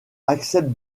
accepte